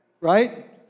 Right